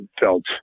felt